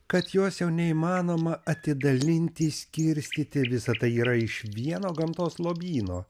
kad jos jau neįmanoma atidalinti skirstyti visa tai yra iš vieno gamtos lobyno